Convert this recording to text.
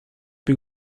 più